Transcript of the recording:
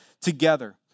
together